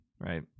right